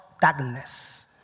darkness